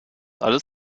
alles